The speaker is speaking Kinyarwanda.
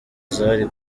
zari